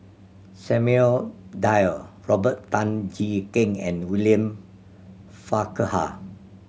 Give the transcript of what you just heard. Samuel Dyer Robert Tan Jee Keng and William Farquhar